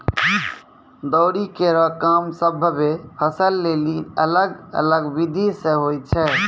दौरी केरो काम सभ्भे फसल लेलि अलग अलग बिधि सें होय छै?